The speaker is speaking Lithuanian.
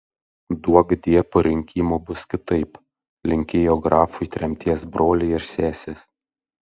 duokdie po rinkimų bus kitaip linkėjo grafui tremties broliai ir sesės